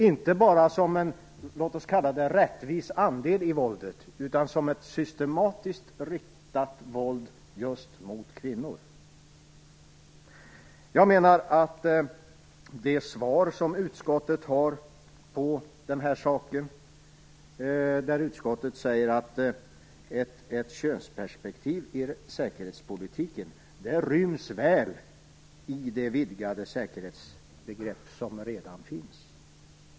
Det handlar då inte bara om en "rättvis andel" av våldet utan om ett våld som systematiskt riktas just mot kvinnor. Utskottet bemöter våra synpunkter med att säga att ett könsperspektiv i säkerhetspolitiken ryms väl inom det vidgade säkerhetsbegrepp som redan finns.